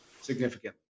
significantly